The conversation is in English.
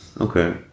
Okay